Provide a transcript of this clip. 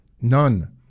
None